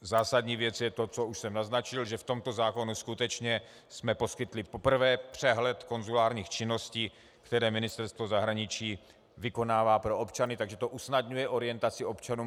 Zásadní věc je to, co už jsem naznačil, že v tomto zákonu skutečně jsme poskytli poprvé přehled konzulárních činností, které Ministerstvo zahraničí vykonává pro občany, takže to usnadňuje orientaci občanům.